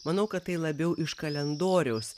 manau kad tai labiau iš kalendoriaus